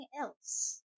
else